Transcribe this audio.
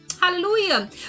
Hallelujah